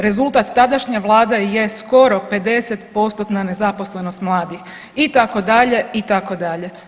Rezultat tadašnje vlade je skoro 50%-tna nezaposlenost mladih itd., itd.